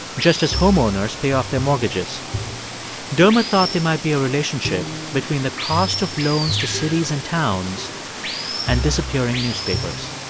just as homeowners pay off their mortgages dermot thought there might be a relationship between the cost of loans to cities and towns and disappearing newspapers.